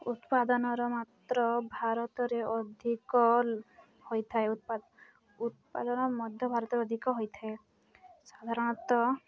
ଉତ୍ପାଦନର ମାତ୍ର ଭାରତରେ ଅଧିକ ହୋଇଥାଏ ଉତ୍ପାଦନ ମଧ୍ୟ ଭାରତରେ ଅଧିକ ହୋଇଥାଏ ସାଧାରଣତଃ